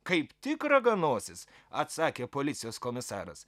kaip tik raganosis atsakė policijos komisaras